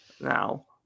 Now